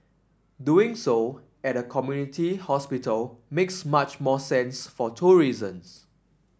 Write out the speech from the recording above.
doing so at a community hospital makes much more sense for two reasons